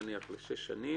נניח לשש שנים,